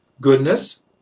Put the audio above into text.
goodness